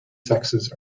sexes